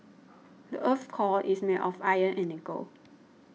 the earth's core is made of iron and nickel